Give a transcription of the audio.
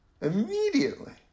immediately